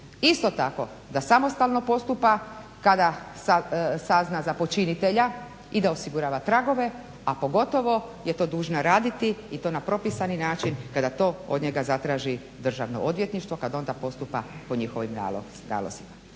Isto tako da samostalno postupa kada sazna za počinitelja i da osigura tragove, a pogotovo je to dužna raditi i to na propisani način kada to od njega zatraži Državno odvjetništvo kada onda postupa po njihovim nalozima.